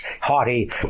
haughty